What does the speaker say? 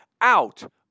out